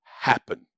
happen